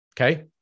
Okay